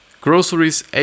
Groceries